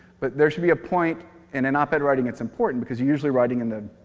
but there should be a point and in op-ed writing it's important, because you're usually writing in the